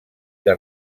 que